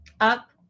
up